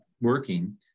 working